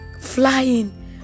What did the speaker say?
flying